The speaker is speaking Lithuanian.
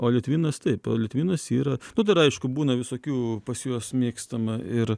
o litvinas taip litvinas yra nu dar aišku būna visokių pas juos mėgstama ir